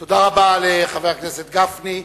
תודה רבה לחבר הכנסת גפני.